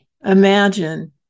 imagine